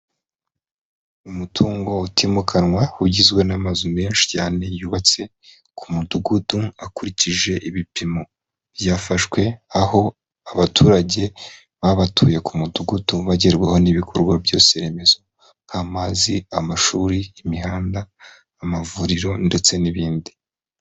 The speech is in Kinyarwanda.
Umutungo utimukanwa ugizwe n'amazu menshi cyane yubatse ku mudugudu akurikije ibipimo byafashwe, aho abaturage baba batuye ku mudugudu bagerwaho n'ibikorwa byose remezo, nk'amazi, amashuri, imihanda, amavuriro ndetse n'ibindi.